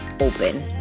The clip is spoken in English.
open